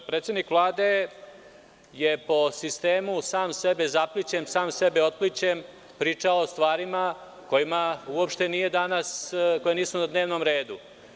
Predsednik Vlade je po sistemu - sam sebe zaplićem, sam sebe otplićem, priča o stvarima koje nisu danas na dnevnom redu.